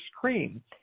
cream